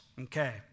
Okay